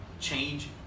change